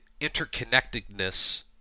interconnectedness